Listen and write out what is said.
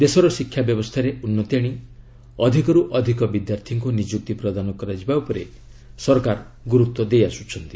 ଦେଶର ଶିକ୍ଷା ବ୍ୟବସ୍ଥାରେ ଉନ୍ନତି ଆଶି ଅଧିକରୁ ଅଧିକ ବିଦ୍ୟାର୍ଥୀଙ୍କୁ ନିଯୁକ୍ତି ପ୍ରଦାନ କରାଯିବା ଉପରେ ସରକାର ଗୁରୁତ୍ୱ ଦେଇଆସୁଛନ୍ତି